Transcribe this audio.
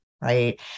right